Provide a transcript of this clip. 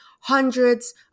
hundreds